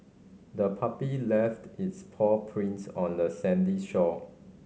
the puppy left its paw prints on the sandy shore